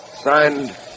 Signed